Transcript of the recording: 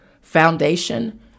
foundation